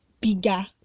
bigger